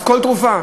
אז כל תרופה?